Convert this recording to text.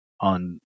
on